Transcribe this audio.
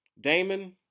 Damon